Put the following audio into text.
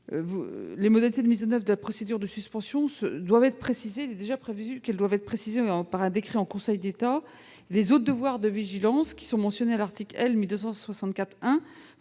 les modalités de mise en oeuvre de la procédure de suspension doivent être précisées. Il est déjà prévu qu'elles le soient dans un décret en Conseil d'État. Les autres devoirs de vigilance, mentionnés à l'article L. 1264-1